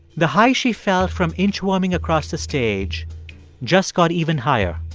the high she felt from inchworming across the stage just got even higher.